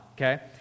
okay